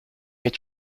mais